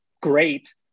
great